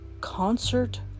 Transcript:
Concert